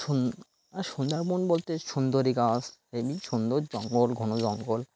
সুন আর সুন্দরবন বলতে সুন্দরী গাছ এই সুন্দর জঙ্গল ঘন জঙ্গল